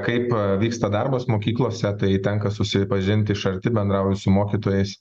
kaip vyksta darbas mokyklose tai tenka susipažinti iš arti bendrauju su mokytojais